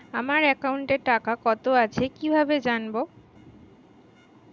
আমার একাউন্টে টাকা কত আছে কি ভাবে জানবো?